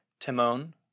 Timon